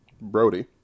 Brody